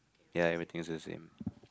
ya everything is the same